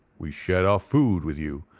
we shared our food with you,